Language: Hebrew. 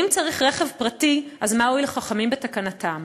אם צריך רכב פרטי, אז מה הועילו חכמים בתקנתם?